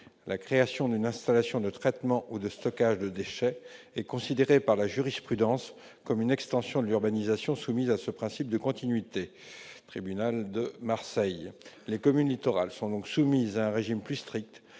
La création d'une installation de traitement ou de stockage de déchets est considérée par la jurisprudence comme une extension de l'urbanisation soumise à ce principe de continuité, selon le tribunal de Marseille. Les communes littorales sont donc soumises à un régime plus strict